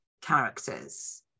characters